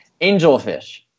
Angelfish